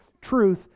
truth